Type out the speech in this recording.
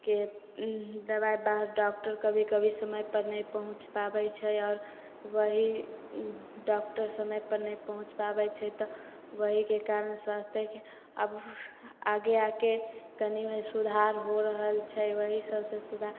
के दबाइ बाहर डॉक्टर कभी कभी समय पर नहि पहुँच पाबै छै आओर वही डॉक्टर समय पर नहि पहुँच पाबै छै तऽ ओहिके कारण स्वास्थ्यके अब आगे आके कनी मनी सुधार हो रहल छै ओहि सब से सुधार